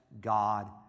God